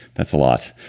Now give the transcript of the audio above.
that's a lot.